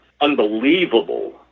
unbelievable